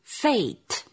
fate